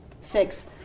fix